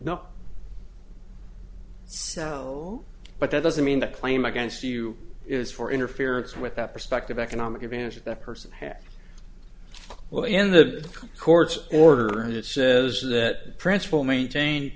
so but that doesn't mean the claim against you is for interference with that perspective economic advantage that person had well in the court's order and it says that principle maintain